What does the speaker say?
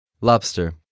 Lobster